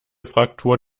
fraktur